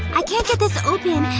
i can't get this open.